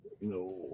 No